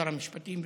שר המשפטים,